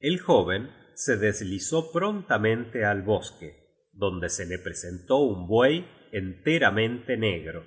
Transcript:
el jóven se deslizó prontamente al bosque donde se le presentó un buey enteramente negro